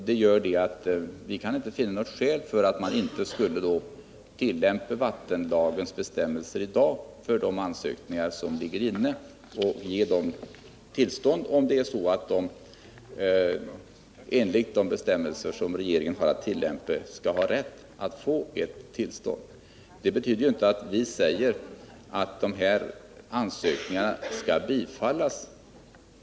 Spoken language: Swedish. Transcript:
Därför kan vi inte finna något skäl till att man inte i dag skulle tillämpa vattenlagens bestämmelser beträffande de ansökningar som ligger inne och lämna tillstånd, om det enligt de bestämmelser som regeringen har att tillämpa föreligger rätt till tillstånd. Det betyder ju inte att vi säger att ansökningarna skall bifallas.